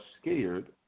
scared